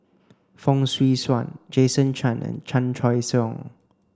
Fong Swee Suan Jason Chan and Chan Choy Siong